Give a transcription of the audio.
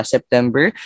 September